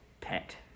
pet